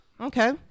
Okay